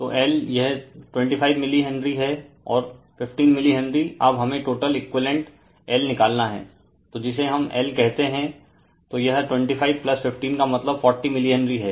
तोL यह 25मिली हेनरी है और 15मिली हेनरी अब हमे टोटल एक्विवैलेन्ट L निकालना हैं तो जिसे हम L कहते हैं तो यह 2515 का मतलब 40 मिली हेनरी है